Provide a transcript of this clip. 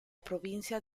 provincia